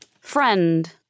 friend